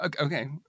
Okay